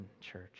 church